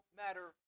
matter